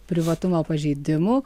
privatumo pažeidimų